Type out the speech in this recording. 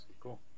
cool